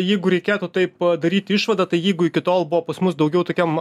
jeigu reikėtų taip daryti išvadą tai jeigu iki tol buvo pas mus daugiau tokiam